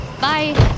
Bye